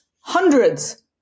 hundreds